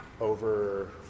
over